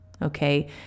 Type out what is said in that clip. Okay